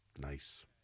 Nice